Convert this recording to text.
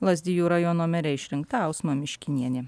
lazdijų rajono mere išrinkta ausma miškinienė